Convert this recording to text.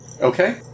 Okay